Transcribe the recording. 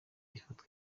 ifata